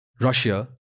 Russia